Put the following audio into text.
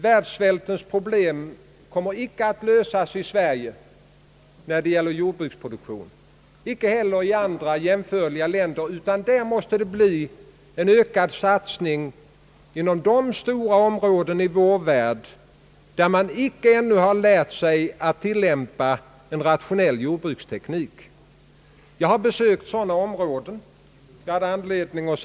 Världssvältens problem kommer icke att lösas genom våra beslut om den svenska jordbruksproduktionen, inte heller genom jordbruksproduktionen i andra jämförliga länder, utan det måste bli en ökad satsning inom de stora områden i vår värld, där man ännu inte lärt sig eller har resurser att tilllämpa en rationell jordbruksteknik. Jag har besökt sådana områden.